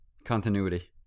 Continuity